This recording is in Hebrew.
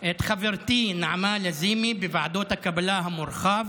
את חברתי נעמה לזימי, שבחוק ועדות הקבלה המורחב